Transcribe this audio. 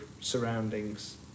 surroundings